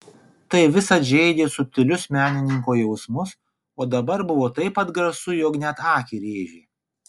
tai visad žeidė subtilius menininko jausmus o dabar buvo taip atgrasu jog net akį rėžė